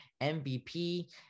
MVP